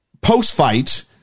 Post-fight